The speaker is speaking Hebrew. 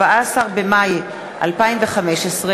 14 במאי 2015,